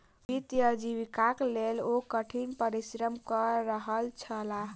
वित्तीय आजीविकाक लेल ओ कठिन परिश्रम कय रहल छलाह